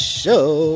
show